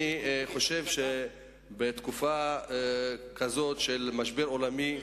אני חושב שבתקופה כזאת של משבר פיננסי עולמי,